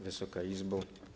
Wysoka Izbo!